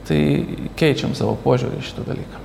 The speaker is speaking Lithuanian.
tai keičiam savo požiūrį į šitą dalyką